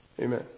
Amen